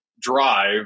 drive